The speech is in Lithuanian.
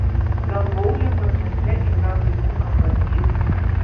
gal boulingo centre yra vaikų kambarys